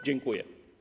Dziękuję.